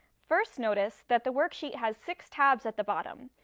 first notice that the worksheet has six tabs at the bottom.